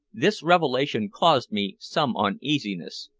this revelation caused me some uneasiness,